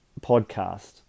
podcast